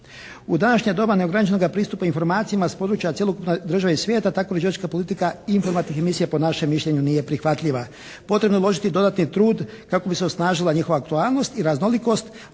U današnje doba neograničenoga pristupa informacijama s područja cjelokupne države i svijeta tako i …/Govornik se ne razumije./… politika informativnih emisija po našem mišljenju nije prihvatljiva. Potrebno je uložiti dodatni trud kako bi se osnažila njihova aktualnost i raznolikost,